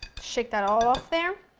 shake that all off there.